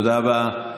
תודה רבה.